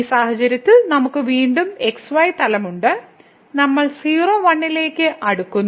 ഈ സാഹചര്യത്തിൽ നമുക്ക് വീണ്ടും ഈ xy തലം ഉണ്ട് നമ്മൾ 01 ലേക്ക് അടുക്കുന്നു